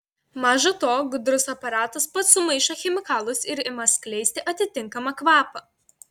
maža to gudrus aparatas pats sumaišo chemikalus ir ima skleisti atitinkamą kvapą